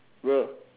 bro